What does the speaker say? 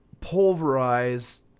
pulverize